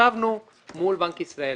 ישבנו מול בנק ישראל,